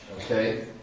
okay